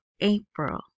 April